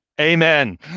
amen